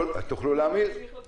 זה שאנשים העלו הסתייגויות זה יופי.